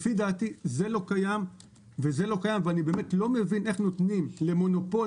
לפי דעתי זה לא קיים וזה לא קיים ואני באמת לא מבין איך נותנים למונופול